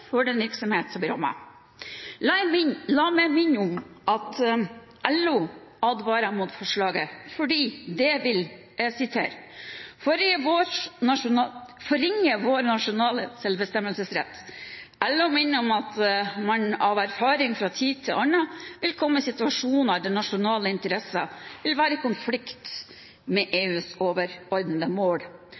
for den virksomhet som blir rammet. La meg minne om at LO advarer mot forslaget fordi det vil «forringe vår nasjonale selvbestemmelsesrett». LO minner om at man av erfaring fra tid til annen vil komme i «situasjoner der nasjonale interesser vil være i konflikt med EUs overordnede mål,